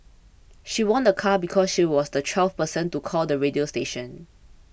she won a car because she was the twelfth person to call the radio station